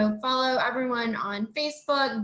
um follow everyone on facebook.